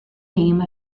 name